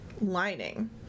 Lining